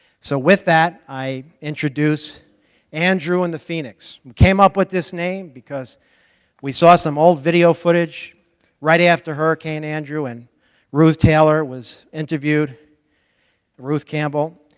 so with that, i introduce andrew and the phoenix. we came up with this name because we saw some old video footage right after hurricane andrew, and ruth taylor was interviewed ruth campbell,